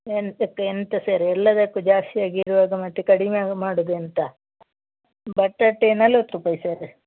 ಎಂತಕ ಎಂತ ಸರ್ ಎಲ್ಲದಕ್ಕೂ ಜಾಸ್ತಿ ಆಗಿರುವಾಗ ಮತ್ತೆ ಕಡಿಮೆ ಮಾಡೋದು ಎಂತ ಬಟಾಟೆ ನಲ್ವತ್ತು ರೂಪಾಯಿ ಸರ